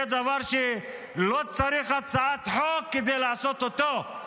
זה דבר שלא צריך הצעת חוק כדי לעשות אותו.